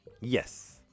yes